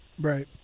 right